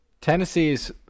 Tennessee's